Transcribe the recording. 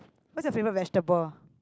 what's your favourite vegetable